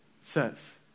says